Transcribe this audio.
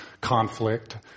conflict